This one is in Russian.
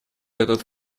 этот